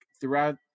throughout